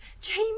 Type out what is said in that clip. James